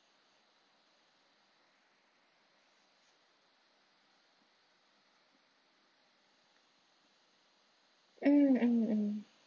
mm mm mm